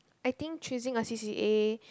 I think choosing a C_C_A